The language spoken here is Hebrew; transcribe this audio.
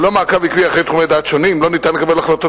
ללא מעקב עקבי אחרי תחומי דעת שונים לא ניתן לקבל החלטות